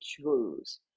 choose